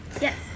Yes